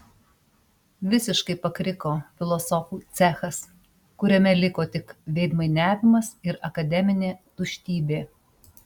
visiškai pakriko filosofų cechas kuriame liko tik veidmainiavimas ir akademinė tuštybė